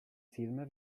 film